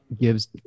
gives